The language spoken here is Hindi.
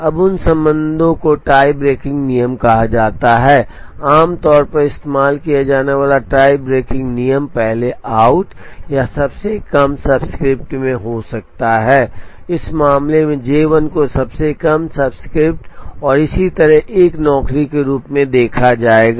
अब उन संबंधों को टाई ब्रेकिंग नियम कहा जाता है आमतौर पर इस्तेमाल किया जाने वाला टाई ब्रेकिंग नियम पहले आउट या सबसे कम सबस्क्रिप्ट में हो सकता है इस मामले में J 1 को सबसे कम सबस्क्रिप्ट और इसी तरह एक नौकरी के रूप में देखा जाएगा